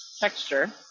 texture